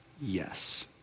Yes